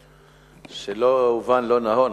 תודה.++ שלא יובן לא נכון,